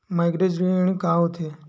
Mortgage ऋण का होथे?